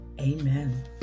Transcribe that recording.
Amen